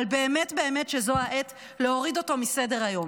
אבל באמת, באמת, שזאת העת להוריד אותו מסדר-היום.